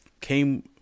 came